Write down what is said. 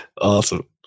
Awesome